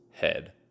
head